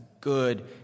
good